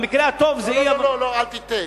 במקרה הטוב, זו אי-הבנה, לא, אל תטעה.